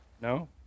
No